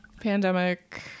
pandemic